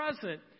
present